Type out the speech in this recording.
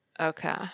Okay